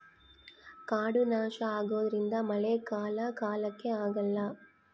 ಕಾಡು ನಾಶ ಆಗೋದ್ರಿಂದ ಮಳೆ ಕಾಲ ಕಾಲಕ್ಕೆ ಆಗಲ್ಲ